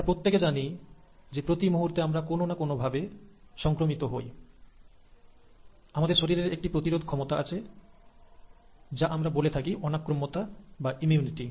আমরা প্রত্যেকে জানি যে প্রতিমুহূর্তে আমরা কোন না কোন ভাবে সংক্রমিত হই আমাদের শরীরের একটি প্রতিরোধ করার ক্ষমতা আছে যা আমরা বলে থাকি অনাক্রম্যতা বা ইমিউনিটি